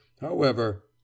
However—